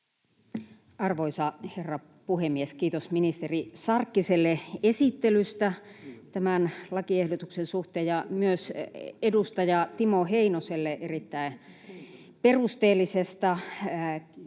Arvoisa herra puhemies! Kiitos ministeri Sarkkiselle esittelystä tämän lakiehdotuksen suhteen ja myös edustaja Timo Heinoselle erittäin perusteellisesta puheesta